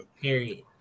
Period